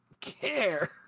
care